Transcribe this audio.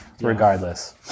regardless